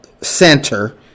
center